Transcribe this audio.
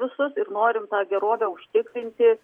visus ir norime tą gerovę užtikrinti